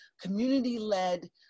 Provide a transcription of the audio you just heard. community-led